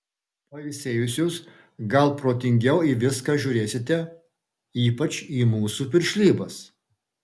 pailsėjusios gal protingiau į viską žiūrėsite ypač į mūsų piršlybas